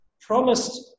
promised